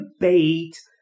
debate